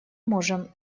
можем